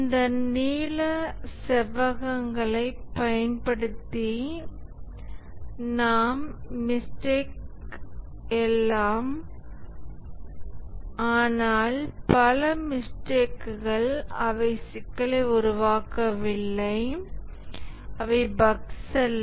இந்த நீல செவ்வகங்களைப் பயன்படுத்தி நாம் மிஸ்டேக் எல்லாம் ஆனால் பல மிஸ்டேக்கள் அவை சிக்கலை உருவாக்கவில்லை அவை பஃக்ஸ் அல்ல